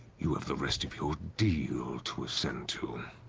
you have the rest of your deal to attend to.